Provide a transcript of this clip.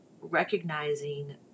recognizing